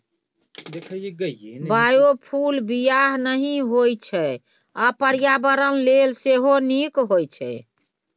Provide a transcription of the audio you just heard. biofuel बिखाह नहि होइ छै आ पर्यावरण लेल सेहो नीक होइ छै